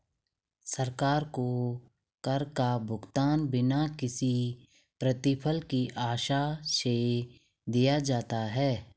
सरकार को कर का भुगतान बिना किसी प्रतिफल की आशा से दिया जाता है